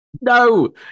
No